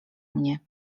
mnie